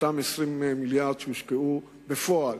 אותם 20 מיליארד שקלים שהושקעו בפועל,